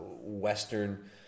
Western